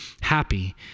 happy